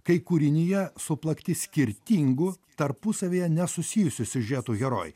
kai kūrinyje suplakti skirtingų tarpusavyje nesusijusių siužetų herojai